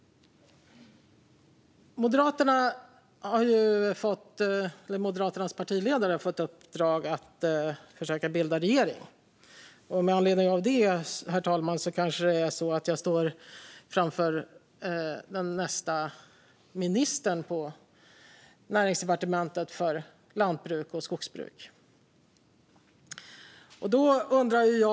Moderaternas partiledare har fått i uppdrag att försöka bilda regering. Med anledning av det, herr talman, är det kanske så att jag står framför nästa minister för lantbruk och skogsbruk på Näringsdepartementet.